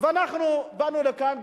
ואנחנו באנו לכאן,